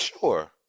sure